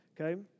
Okay